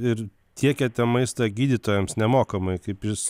ir tiekiate maistą gydytojams nemokamai kaip jūs